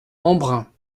embrun